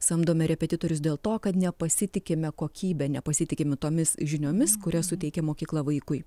samdome repetitorius dėl to kad nepasitikime kokybe nepasitikime tomis žiniomis kurias suteikia mokykla vaikui